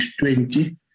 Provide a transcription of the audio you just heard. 20